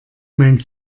mein